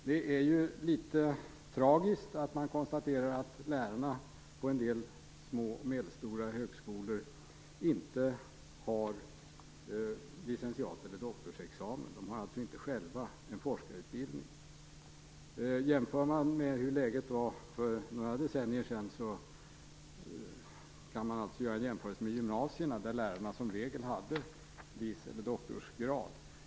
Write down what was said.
Det är litet tragiskt att man konstaterar att lärarna på en del små och medelstora högskolor inte har licentiat eller doktorsexamen. De har alltså inte själva en forskarutbildning. Ser man till hur läget var för några decennier sedan kan man göra en jämförelse med gymnasierna, där lärarna som regel hade lic.- eller doktorsgrad.